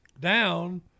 down